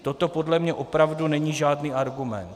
Toto podle mě opravdu není žádný argument.